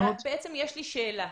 יש לי שאלה.